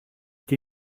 die